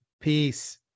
Peace